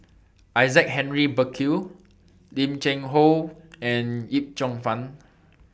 Isaac Henry Burkill Lim Cheng Hoe and Yip Cheong Fun